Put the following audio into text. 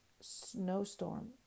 snowstorm